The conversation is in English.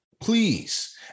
please